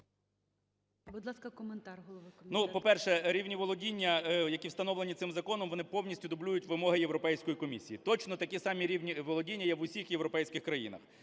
по-перше, рівні володіння, які встановлені цим законом, вони повністю дублюють вимоги Європейської комісії, точно такі самі рівні володіння є в усіх європейських країнах.